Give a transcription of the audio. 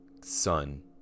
son